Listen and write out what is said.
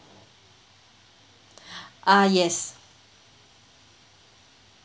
uh yes